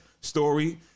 story